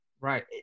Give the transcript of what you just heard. Right